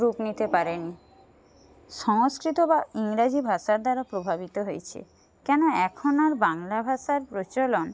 রূপ নিতে পারেনি সংস্কৃত বা ইংরাজি ভাষার দ্বারা প্রভাবিত হয়েছে কেন এখন আর বাংলা ভাষার প্রচলন